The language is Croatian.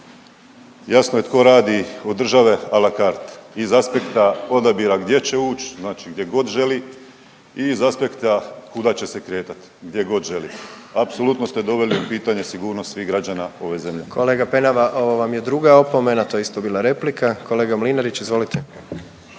Jasno je tko radi od države a la carte iz aspekta odabira gdje će ući, znači gdje god želi i iz aspekta kuda će se kretati gdje god želi. Apsolutno ste doveli u pitanje sigurnost svih građana ove zemlje. **Jandroković, Gordan (HDZ)** Kolega Penava ovo vam je druga opomena, to je isto bila replika. Kolega Mlinarić, izvolite.